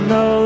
no